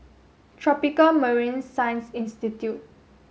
Tropical Marine Science Institute